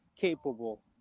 capable